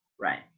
right